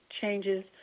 changes